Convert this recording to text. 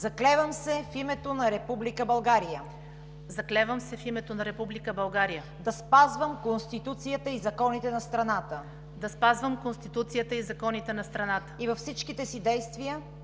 „Заклевам се в името на Република България да спазвам Конституцията и законите на страната и във всичките си действия